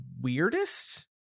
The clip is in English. weirdest